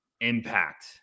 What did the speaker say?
impact